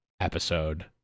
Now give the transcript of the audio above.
episode